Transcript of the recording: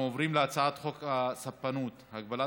אנחנו עוברים להצעת חוק הספנות (הגבלת